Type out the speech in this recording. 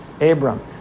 Abram